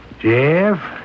Jeff